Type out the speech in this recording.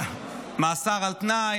מאסר על תנאי,